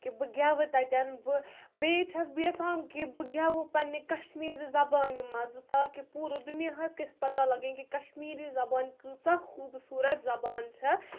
کہِ بہٕ گیٚوٕ تَتؠن بہٕ بیٚیہِ چھَس بہٕ یَژھان کہِ بہٕ گیٚوٕ پنٛنہِ کشمیٖرٕ زَبانہِ منٛزٕ تاکہِ پوٗرٕ دُنیاہَس گَژھِ پَتہ لَگٕنۍ کہِ کشمیٖری زبانہِ کۭژاہ خوٗبصوٗرت زَبان چھےٚ